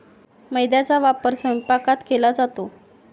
मैद्याचा वापर स्वयंपाकात केला जातो